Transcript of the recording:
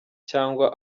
cyangwa